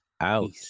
out